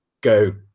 go